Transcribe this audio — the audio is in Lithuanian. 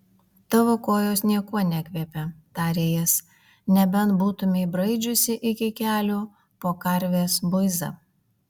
tavo kojos niekuo nekvepia tarė jis nebent būtumei braidžiusi iki kelių po karvės buizą